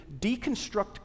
deconstruct